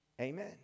amen